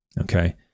okay